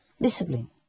Discipline